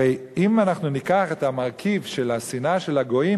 הרי אם אנחנו ניקח את המרכיב של השנאה של הגויים,